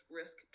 risk